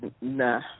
nah